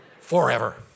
forever